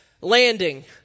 landing